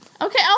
Okay